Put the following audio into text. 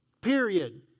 period